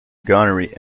gunnery